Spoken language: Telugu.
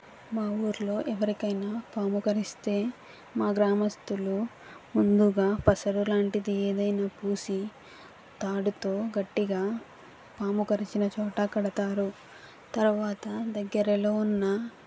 మా ఊరిలో ఎవరికి అయినా పాము కరిస్తే మా గ్రామస్తులు ముందుగా పసరు లాంటిది ఏదైనా పూసి తాడుతో గట్టిగా పాము కరిచిన చోట కడుతారు తర్వాత దగ్గరలో ఉన్న